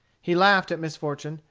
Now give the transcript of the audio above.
he laughed at misfortune,